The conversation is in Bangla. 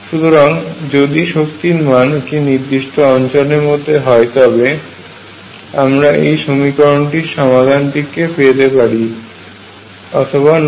সুতরাং এখন যদি শক্তির মান একটি নির্দিষ্ট অঞ্চলের মধ্যে হয় তবে আমরা এই সমীকরণটির সমাধানটি পেতে পারি অথবা নয়